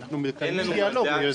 אנחנו מקיימים דיאלוג.